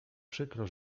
przykro